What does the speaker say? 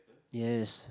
yes